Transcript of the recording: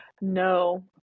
No